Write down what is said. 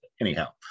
Anyhow